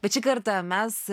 bet šį kartą mes